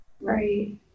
Right